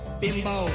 bimbo